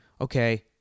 okay